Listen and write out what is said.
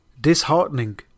disheartening